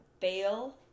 fail